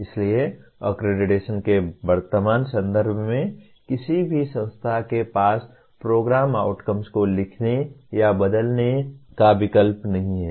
इसलिए अक्रेडिटेशन के वर्तमान संदर्भ में किसी भी संस्था के पास प्रोग्राम आउटकम्स को लिखने या बदलने का विकल्प नहीं है